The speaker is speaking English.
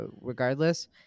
regardless